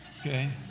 Okay